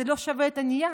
זה לא שווה את הנייר.